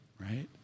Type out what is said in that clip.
right